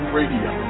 radio